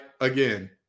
again